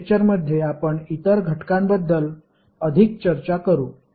पुढील लेक्टरमध्ये आपण इतर घटकांबद्दल अधिक चर्चा करू